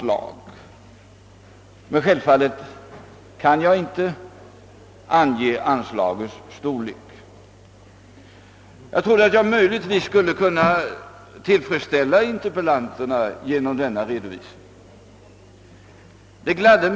Jag kan självfallet inte ange anslagens storlek, men jag trodde att jag möjligen skulle kunna tillfredsställa interpellanterna genom den redovisning jag lämnade.